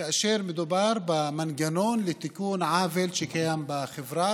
כאשר מדובר במנגנון לתיקון עוול שקיים בחברה,